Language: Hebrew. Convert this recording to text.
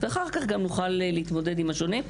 ואחר כך גם נוכל להתמודד עם השונה.